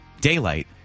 daylight